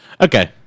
Okay